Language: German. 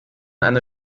eine